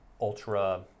ultra